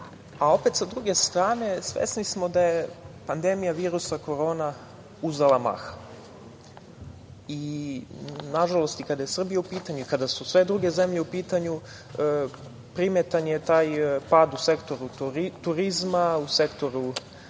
a opet sa druge strane svesni smo da je pandemija virusa korona uzela maha. Nažalost i kada je Srbija u pitanju i kada su sve druge zemlje u pitanju primetan je pad u sektoru turizma, u sektoru